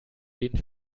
den